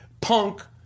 punk